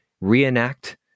reenact